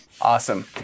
Awesome